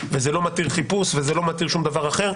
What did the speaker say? וזה לא מתיר חיפוש וזה לא מתיר שום דבר אחר.